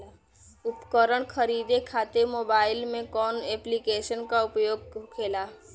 उपकरण खरीदे खाते मोबाइल में कौन ऐप्लिकेशन का उपयोग होखेला?